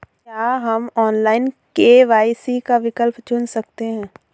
क्या हम online KYC का विकल्प चुन सकते हैं?